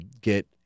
get